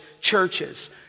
churches